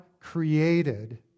created